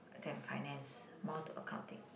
and finance more to accounting